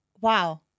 Wow